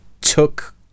took